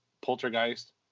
Poltergeist